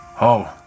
Oh